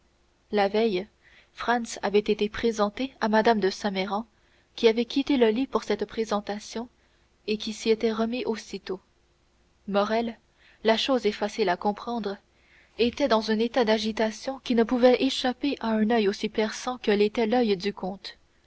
la veille franz avait été présenté à mme de saint méran qui avait quitté le lit pour cette présentation et qui s'y était remise aussitôt morrel la chose est facile à comprendre était dans un état d'agitation qui ne pouvait échapper à un oeil aussi perçant que l'était l'oeil du comte